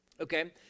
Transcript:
okay